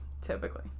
Typically